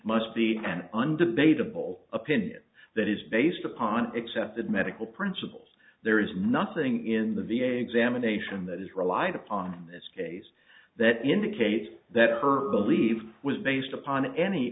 poll opinion that is based upon excepted medical principles there is nothing in the v a examination that is relied upon this case that indicates that her leave was based upon any